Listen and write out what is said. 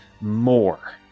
more